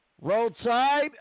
Roadside